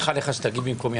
אני סומך עליך שתגיב במקומי.